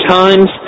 times